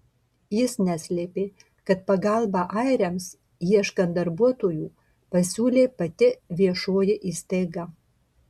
jis neslėpė kad pagalbą airiams ieškant darbuotojų pasiūlė pati viešoji įstaiga